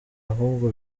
ahubwo